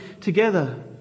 together